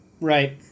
Right